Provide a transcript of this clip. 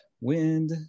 wind